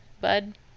bud